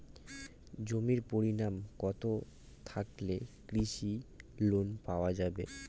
জমির পরিমাণ কতো থাকলে কৃষি লোন পাওয়া যাবে?